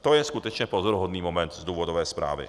To je skutečně pozoruhodný moment z důvodové zprávy.